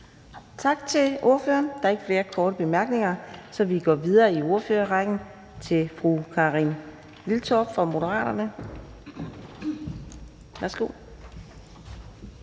Tak til ordføreren. Der er ikke nogen korte bemærkninger, så vi går videre i ordførerrækken. Der har været hilsner fra den næste